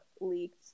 leaked